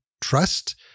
trust